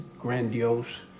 grandiose